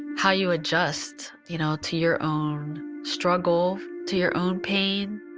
how you adjust you know to your own struggle, to your own pain